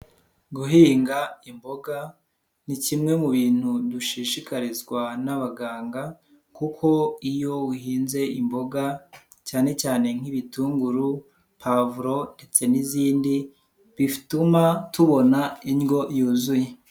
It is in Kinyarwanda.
Guhinga imboga ni kimwe mu bintu dushishikarizwa n'abaganga, kuko iyo uhinze imboga cyane cyane nk'ibitunguru, pavuro, ndetse n'izindi bituma tubona indyo yuzuye.